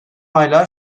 hala